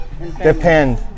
depend